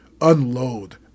unload